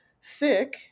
sick